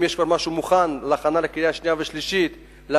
אם יש כבר משהו מוכן לקריאה שנייה וקריאה שלישית,